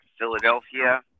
Philadelphia